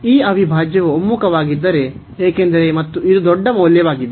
ಈ ಅವಿಭಾಜ್ಯವು ಒಮ್ಮುಖವಾಗಿದ್ದರೆ ಏಕೆಂದರೆ ಮತ್ತು ಇದು ದೊಡ್ಡ ಮೌಲ್ಯವಾಗಿದೆ